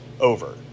over